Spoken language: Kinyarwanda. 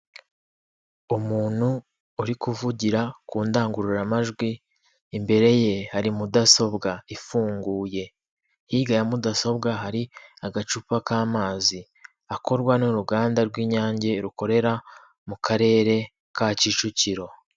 Umuntu uri kuvugira ku ndangururamajwi, imbere ye hari mudasobwa ifunguye, hirya ya mudasobwa hari agacupa k'amazi akorwa n'uruganda rw'inyange rukorera mu karere ka Kicukiro.